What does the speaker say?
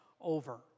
over